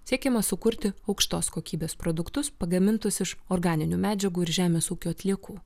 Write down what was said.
siekiama sukurti aukštos kokybės produktus pagamintus iš organinių medžiagų ir žemės ūkio atliekų